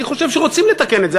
אני חושב שרוצים לתקן את זה.